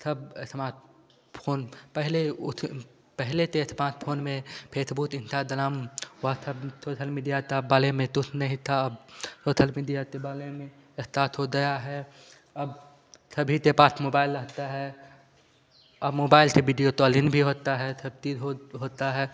थब smart phone पहले उथ पहले ते एथमात फोन में Facebook Instagram WhatsApp social media ता बाले में तुथ नहीं था अब थोथल मिदिया ते बाले में एस्तात हो दया है अब थबी ते पाथ मोबाइल रहता है अब मोबाइल थे बिदियो तॉलिन भी होता है थब तीद होत होता है